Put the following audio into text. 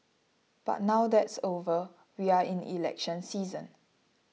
but now that's over we are in election season